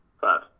Five